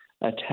attack